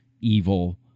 evil